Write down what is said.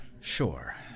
sure